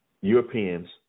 Europeans